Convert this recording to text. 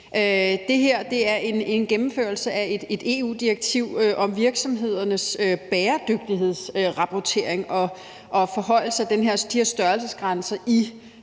Det her er en gennemførelse af et EU-direktiv om virksomhedernes bæredygtighedsrapportering og forhøjelse af de her størrelsesgrænser i